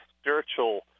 spiritual